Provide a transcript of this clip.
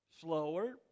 slower